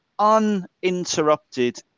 uninterrupted